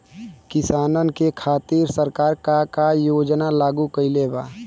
किसानन के खातिर सरकार का का योजना लागू कईले बा?